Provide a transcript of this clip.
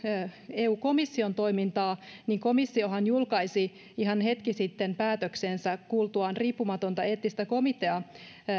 eu komission toimintaa niin komissiohan julkaisi ihan hetki sitten päätöksensä kuultuaan riippumatonta eettistä komiteaa